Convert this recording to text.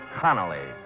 Connolly